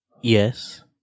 Yes